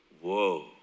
whoa